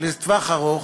לטווח ארוך,